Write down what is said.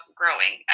growing